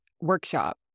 workshop